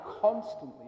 constantly